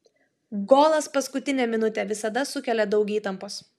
golas paskutinę minutę visada sukelia daug įtampos